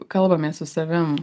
kalbamės su savim